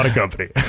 and company.